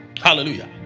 Hallelujah